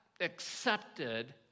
accepted